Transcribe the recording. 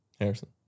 Harrison